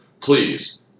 Please